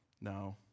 no